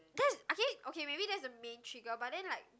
that is okay okay maybe that's the main trigger but then like